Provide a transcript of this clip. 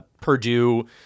Purdue